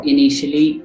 Initially